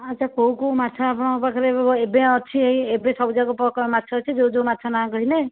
ଆଚ୍ଛା କେଉଁ କେଉଁ ମାଛ ଆପଣଙ୍କ ପାଖରେ ଏବେ ଅଛି ଏବେ ସବୁଯାକ ମାଛ ଅଛି ଯେଉଁ ଯେଉଁ ମାଛ ନା କହିଲେ